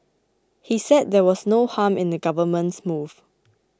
he said there was no harm in the Government's move